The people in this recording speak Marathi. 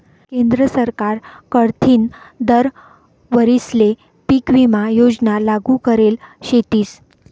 केंद्र सरकार कडथीन दर वरीसले पीक विमा योजना लागू करेल शेतीस